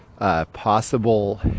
Possible